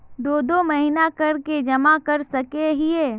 दो दो महीना कर के जमा कर सके हिये?